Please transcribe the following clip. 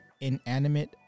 inanimate